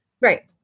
Right